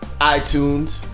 itunes